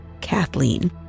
Kathleen